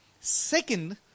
Second